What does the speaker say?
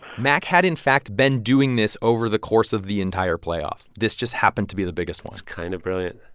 mack had, in fact, been doing this over the course of the entire playoffs. this just happened to be the biggest one that's kind of brilliant.